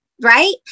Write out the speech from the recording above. right